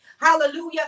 Hallelujah